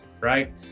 right